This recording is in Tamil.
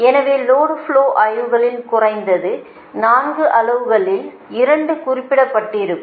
எனவே லோடு ஃப்லோ ஆய்வுகளில் குறைந்தது 4 அளவுகளில் 2 குறிப்பிடப்பட்டிருக்கும்